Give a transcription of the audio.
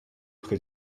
près